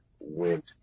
went